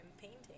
painting